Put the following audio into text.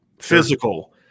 physical –